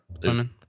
women